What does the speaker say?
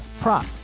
prop